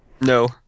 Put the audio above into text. No